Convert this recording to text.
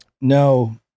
No